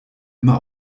immer